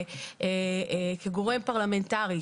כגורם פרלמנטרי,